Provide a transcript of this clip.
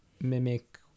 mimic